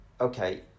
okay